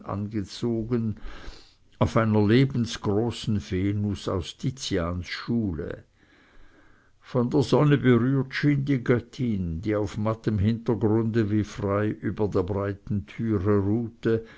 angezogen auf einer lebensgroßen venus aus tizians schule von der sonne berührt schien die göttin die auf mattem hintergrunde wie frei über der breiten türe ruhte